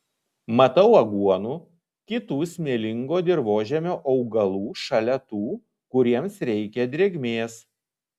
matau aguonų kitų smėlingo dirvožemio augalų šalia tų kuriems reikia drėgmės